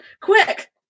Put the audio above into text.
quick